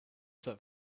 set